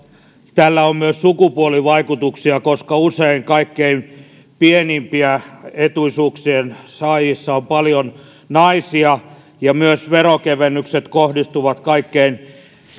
tällä on myös sukupuolivaikutuksia koska usein kaikkein pienimpien etuisuuksien saajissa on paljon naisia ja myös veronkevennykset kohdistuvat kaikkein